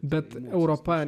bet europa